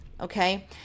okay